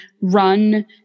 run